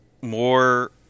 more